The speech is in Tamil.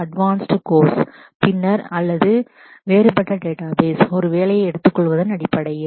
அட்வான்ஸ்ட் கோர்ஸ் பின்னர் அல்லது வேறுபட்ட டேட்டாபேஸ் ஒரு வேலையை எடுத்துக்கொள்வதன் அடிப்படையில்